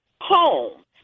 home